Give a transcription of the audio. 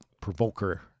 provoker